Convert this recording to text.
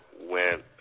went